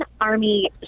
Army